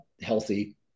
healthy